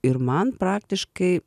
ir man praktiškai